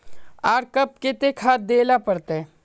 आर कब केते खाद दे ला पड़तऐ?